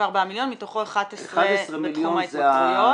24 מיליון, מתוכו 11 בתחום ההתמכרויות.